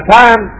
time